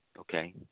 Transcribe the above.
okay